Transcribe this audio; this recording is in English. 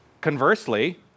Conversely